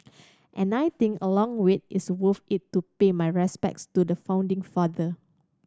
and I think a long wait is worth it to pay my respects to the founding father